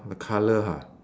the colour ha